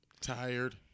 Tired